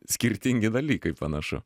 skirtingi dalykai panašu